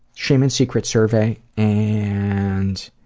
shame and secrets survey and